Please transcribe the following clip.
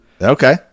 Okay